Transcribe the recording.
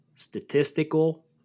statistical